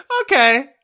okay